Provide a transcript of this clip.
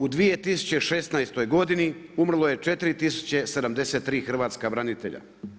U 2016. godini umrlo je 4 073 hrvatska branitelja.